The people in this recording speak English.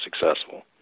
successful